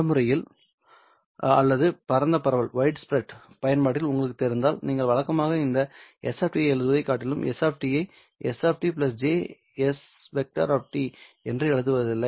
நடைமுறையில் அல்லது பரந்த பரவல் பயன்பாட்டில் உங்களுக்குத் தெரிந்தால் நீங்கள் வழக்கமாக இந்த s ஐ எழுதுவதைக் காட்டிலும் s ஐ s jŝ என்று எழுதுவதில்லை